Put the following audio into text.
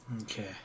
Okay